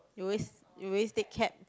you always you always take cab